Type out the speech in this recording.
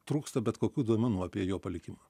trūksta bet kokių duomenų apie jo palikimą